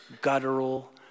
guttural